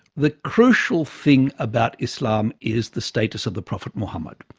the crucial thing about islam is the status of the prophet muhammad,